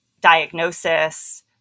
diagnosis